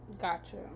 Gotcha